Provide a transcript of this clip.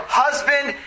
husband